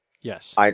yes